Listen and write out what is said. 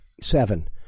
seven